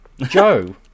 Joe